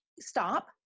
stop